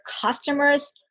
customers